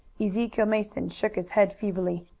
ezekiel mason shook his head feebly.